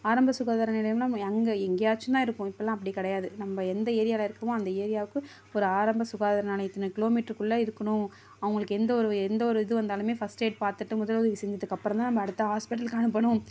ஆரம்ப சுகாதார நிலையம்னா அங்கே எங்கேயாச்சும் தான் இருக்கும் இப்போதெல்லாம் அப்படி கிடையாது நம்ம எந்த ஏரியாவில் இருக்கோமோ அந்த ஏரியாவுக்கு ஒரு ஆரம்ப சுகாதார இத்தனை கிலோமீட்டருக்குள்ள இருக்கணும் அவங்களுக்கு எந்த ஒரு எந்த ஒரு இது வந்தாலும் ஃபர்ஸ்ட்டேட் பார்த்துட்டு முதலுதவி செஞ்சதுக்கு அப்புறம் தான் நம்ம அடுத்து ஹாஸ்பிட்டலுக்கு அனுப்பணும்